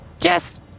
Yes